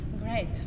Great